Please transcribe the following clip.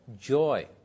joy